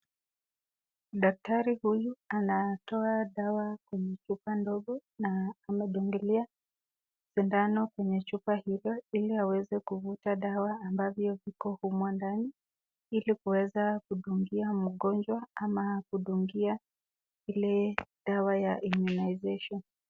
Daktari huyu anatoa dawa kwenye chupa ndogo na anadungilia sindano kwenye dawa hili ili awezenkuvuta dawa iliyo pale ndani, ili kuweza kudungia mgonjwa ama kudungia ile dawa ya immunization .